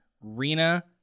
Rina